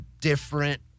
different